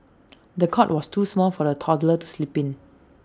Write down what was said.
the cot was too small for the toddler to sleep in